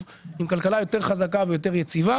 כלכלה יותר חזקה ויותר יציבה